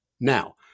Now